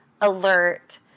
alert